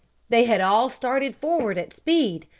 they had all started forward at speed,